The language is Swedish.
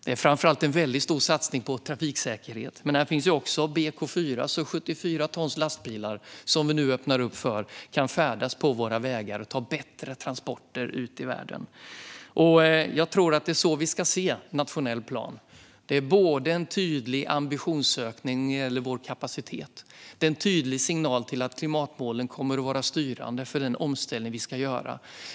Det gäller framför allt en väldigt stor satsning på trafiksäkerhet. Här finns dock också BK4, så att 74 ton tunga lastbilar, som vi nu öppnar upp för, kan färdas på våra vägar och ta bättre transporter ut i världen. Jag tror att det är så vi ska se den nationella planen. Det är en tydlig ambitionsökning när det gäller vår kapacitet, och det är en tydlig signal om att klimatmålen kommer att vara styrande för den omställning vi ska göra.